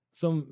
som